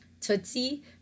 Tootsie